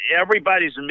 everybody's